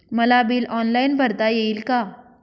मला bill online भरता येईल का?